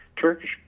Turkish